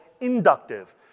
inductive